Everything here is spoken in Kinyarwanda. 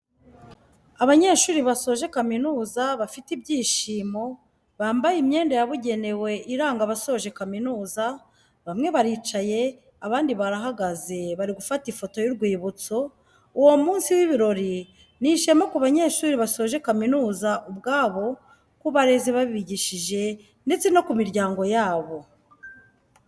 Abanyeshuri basoje kaminuza bafite ibyishimo, bambaye imyenda yabugenewe iranga abasoje kaminuza, bamwe baricaye abandi barahagaze bari gufata ifoto y'urwibutso, uwo munsi w'ibirori ni ishema ku banyeshuri basoje kaminuza ubwabo, ku barezi babigishije ndetse no ku miryango yabo.